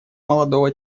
молодого